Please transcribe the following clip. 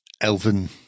elven